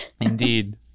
Indeed